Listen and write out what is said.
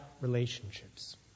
relationships